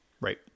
Right